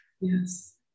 Yes